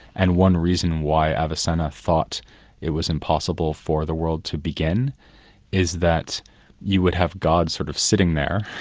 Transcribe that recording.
and one reason why avicenna thought it was impossible for the world to begin is that you would have god sort of sitting there,